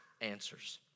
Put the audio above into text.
answers